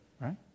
right